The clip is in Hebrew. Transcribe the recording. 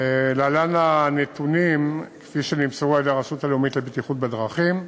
להלן הנתונים כפי שנמסרו על-ידי הרשות הלאומית לבטיחות בדרכים: